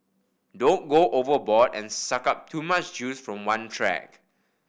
don't go overboard and suck up too much juice from one track